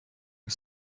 her